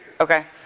Okay